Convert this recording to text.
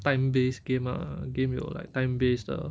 time based game ah game 有 like time based 的